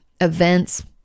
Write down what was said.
events